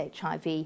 HIV